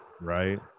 right